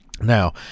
Now